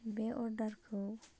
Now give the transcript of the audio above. बे अरदारखौ